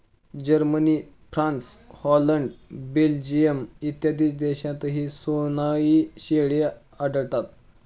Germany, France, Holland, Belgium इत्यादी देशांतही सनोई शेळ्या आढळतात